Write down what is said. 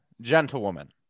gentlewoman